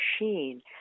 machine